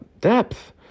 depth